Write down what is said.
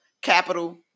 capital